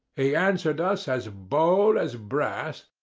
he answered us as bold as brass,